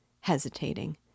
hesitating